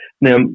Now